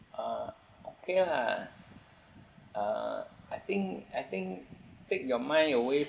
uh okay lah uh I think I think take your mind away